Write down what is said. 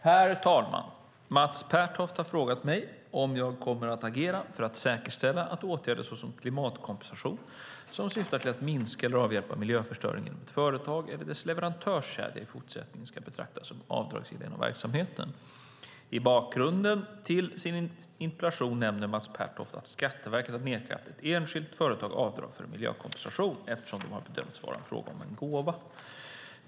Herr talman! Mats Pertoft har frågat mig om jag kommer att agera för att säkerställa att åtgärder, såsom klimatkompensation, som syftar till att minska eller avhjälpa miljöförstöring inom ett företag eller dess leverantörskedja, i fortsättningen ska betraktas som avdragsgilla inom verksamheten. I bakgrunden till sin interpellation nämner Mats Pertoft att Skatteverket har nekat ett enskilt företag avdrag för miljökompensation eftersom det har bedömts vara fråga om en gåva.